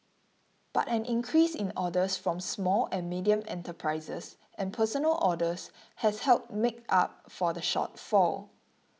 but an increase in orders from small and medium enterprises and personal orders has helped make up for the shortfall